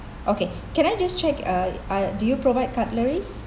okay can I just check uh uh do you provide cutleries